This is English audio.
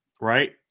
Right